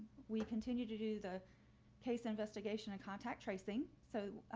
we continue to do the case investigation and contact tracing. so,